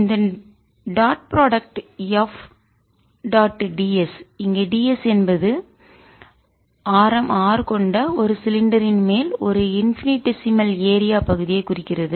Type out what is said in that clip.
இந்த dot product F dot ds இங்கே ds என்பது ஆரம் R கொண்ட ஒரு சிலிண்டரின் மேல் ஒரு இன்பினிட்டெசிமல் ஏரியா பகுதியை குறிக்கிறது